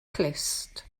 clust